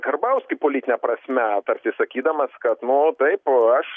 karbauskį politine prasme tarsi sakydamas kad nu taip o aš